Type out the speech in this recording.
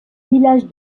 village